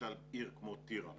עיר כמו טירה למשל,